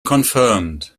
confirmed